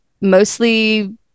mostly